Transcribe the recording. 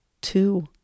two